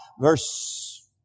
verse